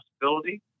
possibility